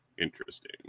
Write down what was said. Interesting